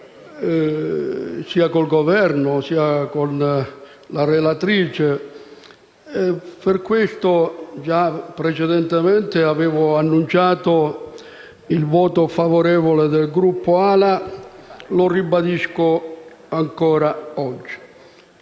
sia con il Governo che con la relatrice, e per questo già precedentemente avevo annunciato il voto favorevole del Gruppo AL-A, che ribadisco ancora oggi.